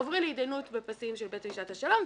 עוברים להתדיינות בפסים של בית משפט השלום,